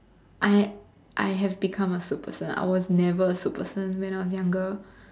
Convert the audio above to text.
I I have become a soup person I was never a soup person when I was younger